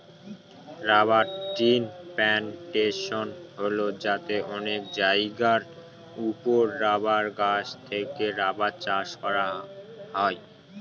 rubber ট্রির plantation হল যাতে অনেক জায়গার ওপরে রাবার গাছ থেকে রাবার চাষ করা হয়